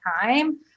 time